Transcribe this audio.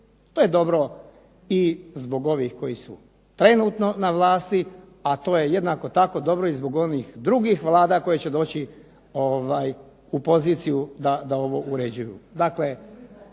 To je dobro i zbog ovih koji su trenutno na vlasti, a to je jednako tako dobro i zbog onih drugih vlada koje će doći u poziciju da ovo uređuju.